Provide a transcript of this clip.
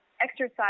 exercise